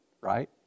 right